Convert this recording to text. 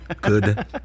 Good